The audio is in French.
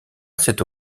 cette